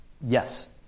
Yes